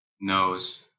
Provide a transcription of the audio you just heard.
knows